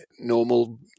normal